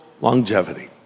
longevity